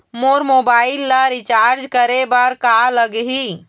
मोर mobile ला recharge करे बर का लगही?